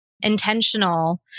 intentional